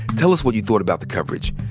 tell us what you thought about the coverage.